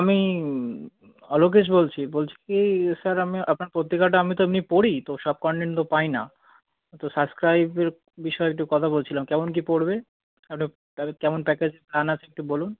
আমি অলোকেশ বলছি বলছি কী স্যার আমি আপনার পত্রিকাটা আমি তো এমনি পড়ি তো সব কনটেন্ট তো পাই না তো সাবস্ক্রাইবের বিষয়ে একটু কথা বলছিলাম কেমন কী পড়বে আর ওটা তাহলে কেমন প্যাকেজের দাম আছে একটু বলুন